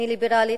אני ליברלית,